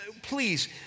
Please